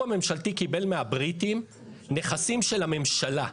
הממשלתי קיבל מהבריטים נכסים של הממשלה.